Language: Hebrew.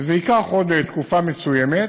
וזה ייקח עוד תקופה מסוימת,